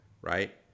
right